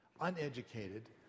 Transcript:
uneducated